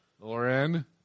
Lauren